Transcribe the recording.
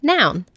Noun